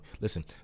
listen